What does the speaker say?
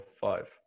five